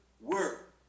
work